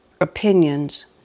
opinions